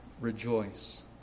rejoice